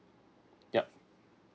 yup